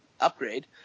upgrade